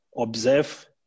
observe